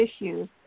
issues